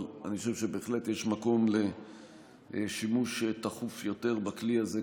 אבל אני חושב שבהחלט יש מקום לשימוש תכוף יותר בכלי הזה,